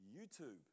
YouTube